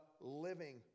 living